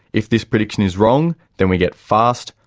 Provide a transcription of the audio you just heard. if this prediction is wrong, then we get fast,